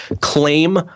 claim